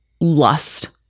lust